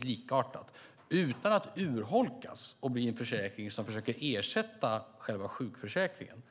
likartat utan att urholkas och bli en försäkring som försöker ersätta själva sjukförsäkringen.